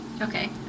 Okay